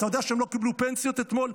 אתה יודע שהם לא קיבלו פנסיות אתמול?